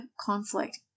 conflict